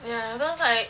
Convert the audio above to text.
ya those like